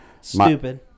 stupid